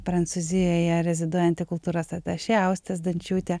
prancūzijoje reziduojanti kultūros atašė austė zdančiūtė